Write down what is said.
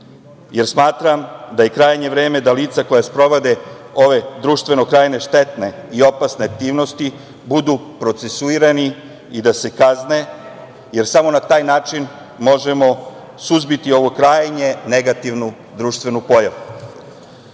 jer smatram da je krajnje vreme da lica koja sprovode ove društveno krajnje štetne i opasne aktivnosti budu procesuirani da se kazne, jer samo na taj način možemo suzbiti ovu krajnje negativnu društvenu pojavu. Ovaj